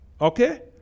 Okay